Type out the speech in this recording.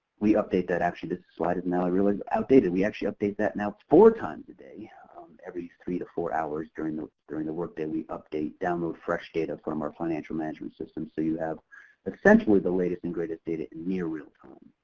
we update that actually. this slide is now really outdated. we actually update that now four times a day every three to four hours during the during the workday we update, download fresh data from our financial management system. so you have essentially the latest and greatest data in near realtime.